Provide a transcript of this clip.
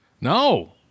No